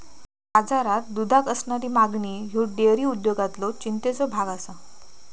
बाजारात दुधाक असणारी मागणी ह्यो डेअरी उद्योगातलो चिंतेचो भाग आसा